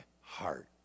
heart